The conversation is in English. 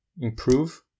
improve